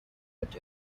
but